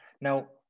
Now